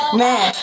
man